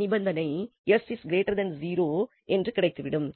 நிபந்தனை real s0 என்று கிடைத்துவிடும்